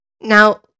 Now